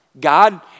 God